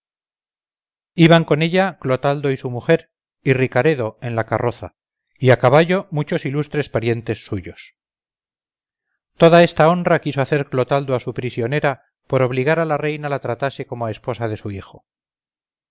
iban con ella clotaldo y su mujer y ricaredo en la carroza y a caballo muchos ilustres parientes suyos toda esta honra quiso hacer clotaldo a su prisionera por obligar a la reina la tratase como a esposa de su hijo